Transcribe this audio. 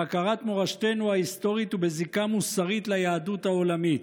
בהכרת מורשתנו ההיסטורית ובזיקה מוסרית ליהדות העולמית.